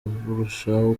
burushaho